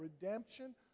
redemption